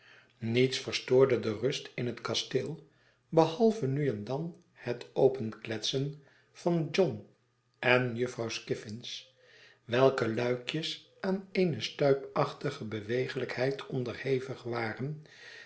niets verstoorde de rust in het kasteel behalve nu en dan het openkletsen van john en jufvrouw skiffins welke luikjes aan eene stuipachtige beweeglijkheid onderhevig waren